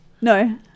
No